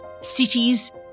cities